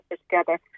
together